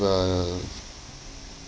uh